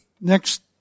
next